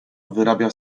wyrabia